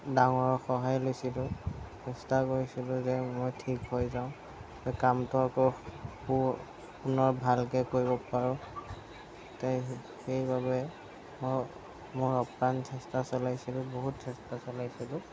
ডাঙৰৰ সহায় লৈছিলোঁ চেষ্টা কৰিছিলোঁ যে মই ঠিক হৈ যাওঁ কামটো আকৌ পু পুনৰ ভালকৈ কৰিব পাৰোঁ তো সেইবাবে মই মই আপ্ৰাণ চেষ্টা চলাইছিলোঁ বহুত চেষ্টা চলাইছিলোঁ